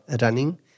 running